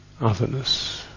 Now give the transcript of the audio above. otherness